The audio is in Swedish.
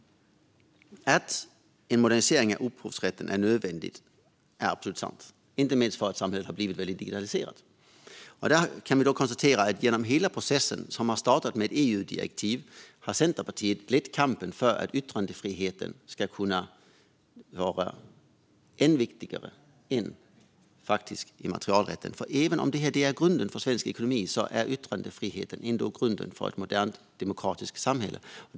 Att en modernisering av upphovsrätten är nödvändig är absolut sant, inte minst för att samhället har blivit väldigt digitaliserat. Vi kan konstatera att genom hela processen, som startade med ett EU-direktiv, har Centerpartiet lett kampen för att yttrandefriheten ska vara ännu viktigare än immaterialrätten, för även om immaterialrätten är grunden för svensk ekonomi är yttrandefriheten grunden för ett modernt, demokratiskt samhälle.